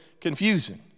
confusing